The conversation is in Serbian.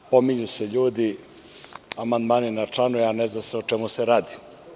Pominju se ljudi, amandmani na članu, a ne zna se o čemu se radi.